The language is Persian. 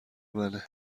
منه